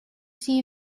see